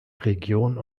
region